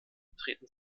treten